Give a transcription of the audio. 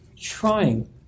trying